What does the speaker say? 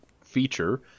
feature